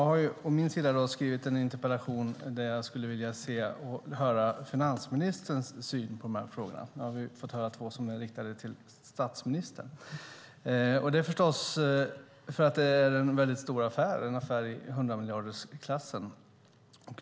Herr talman! Jag har skrivit en interpellation där jag frågar om finansministerns syn på Nuonaffären. Nu har vi fått höra om två interpellationer som är riktade till statsministern. Det beror naturligtvis på att det är en väldigt stor affär - en affär i hundramiljardersklassen.